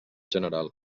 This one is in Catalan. general